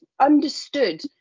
understood